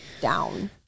down